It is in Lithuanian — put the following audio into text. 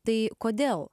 tai kodėl